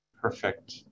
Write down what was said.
perfect